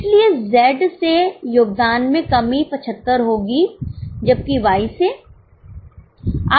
इसलिए Z से योगदान में कमी 75 होगी जबकि Y से